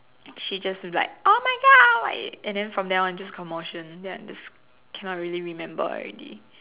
she just like oh my God why and then from then on it's just commotion and then I just cannot really remember already